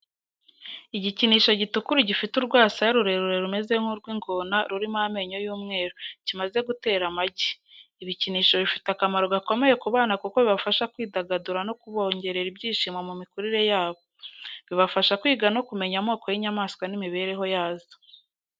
Igikinisho gitukura gifite urwasaya rurerure rumeze nk'urw'ingona rurimo amenyo y'umweru, kimaze gutera amagi. Ibikinisho bifite akamaro gakomeye ku bana kuko bibafasha kwidagadura no kubongerera ibyishimo mu mikurire yabo. Bibafasha kwiga no kumenya amoko y'inyamaswa n'imibereho yazo.